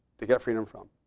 to get freedom from.